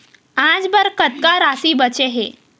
आज बर कतका राशि बचे हे?